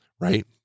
right